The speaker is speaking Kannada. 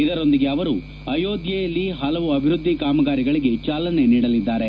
ಇದರೊಂದಿಗೆ ಅವರು ಅಯೋಧ್ಯೆಯಲ್ಲಿ ಹಲವು ಅಭಿವ್ಯದ್ಲಿ ಕಾಮಗಾರಿಗಳಿಗೆ ಚಾಲನೆ ನೀಡಲಿದ್ದಾರೆ